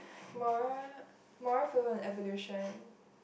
moral moral fluent evolution